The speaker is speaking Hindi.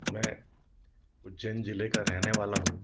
मैं उज्जैन ज़िले का रहने वाला हूँ